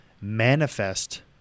manifest